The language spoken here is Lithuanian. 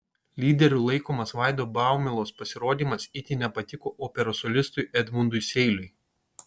lyderiu laikomas vaido baumilos pasirodymas itin nepatiko operos solistui edmundui seiliui